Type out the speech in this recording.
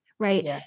Right